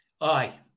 Aye